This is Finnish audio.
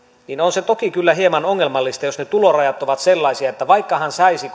niin on se toki kyllä hieman ongelmallista jos ne tulorajat ovat sellaisia että vaikka hän saisi